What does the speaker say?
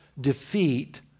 defeat